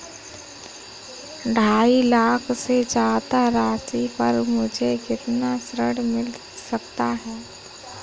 ढाई लाख से ज्यादा राशि पर मुझे कितना ऋण मिल सकता है?